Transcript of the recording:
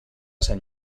sant